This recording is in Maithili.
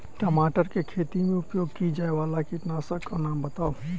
टमाटर केँ खेती मे उपयोग की जायवला कीटनासक कऽ नाम बताऊ?